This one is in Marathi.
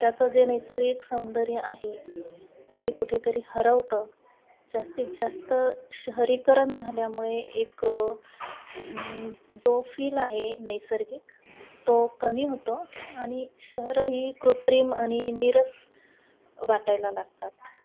त्याचं जे नैसर्गिक सौंदर्य आहे ते कुठेतरी हरवतं जास्तीत जास्त शहरीकरण झाल्यामुळे एक जो फील आहे नैसर्गिक तो कमी होतो आणि शहरं ही कृत्रिम आणि निरस वाटायला लागतात